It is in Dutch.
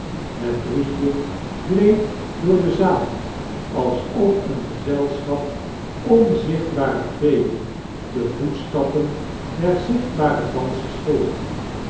bet bries je glieed door de zaal alsof een gezelschap onzicbtbane feeen de voetstappen der zichtbare dangers volgde